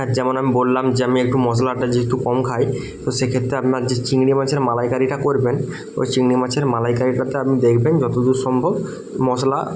আর যেমন আমি বললাম যে আমি একটু মশলাটা যেহেতু কম খাই তো সেক্ষেত্রে আপনার যে চিংড়ি মাছের মালাইকারিটা করবেন ওই চিংড়ি মাছের মালাইকারিটাতে আপনি দেখবেন যতদূর সম্ভব মশলা